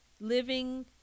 living